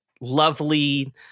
lovely